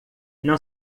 não